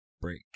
break